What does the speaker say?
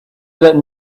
that